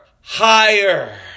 higher